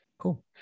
cool